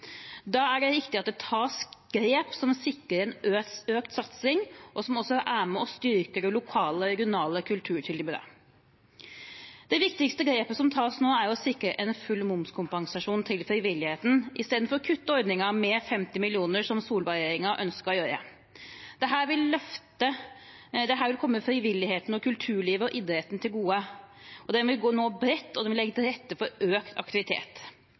Da er det viktig at det tas grep som sikrer økt satsing, og som også er med på å styrke det lokale og regionale kulturtilbudet. Det viktigste grepet som tas nå, er å sikre full momskompensasjon for frivilligheten – i stedet for å kutte i ordningen med 50 mill. kr, som Solberg-regjeringen ønsket å gjøre. Dette vil komme frivilligheten, kulturlivet og idretten til gode. Det vil nå bredt, og det vil legge til rette for økt aktivitet.